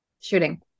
shooting